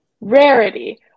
rarity